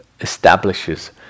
establishes